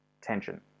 tension